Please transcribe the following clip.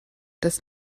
das